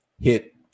hit